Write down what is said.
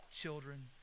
children